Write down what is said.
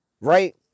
right